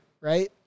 right